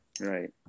Right